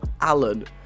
Alan